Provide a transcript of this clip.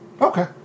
Okay